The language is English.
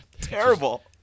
Terrible